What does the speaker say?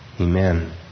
Amen